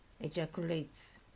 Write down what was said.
ejaculates